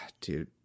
dude